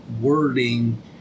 wording